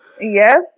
yes